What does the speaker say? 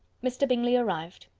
mr. bingley arrived.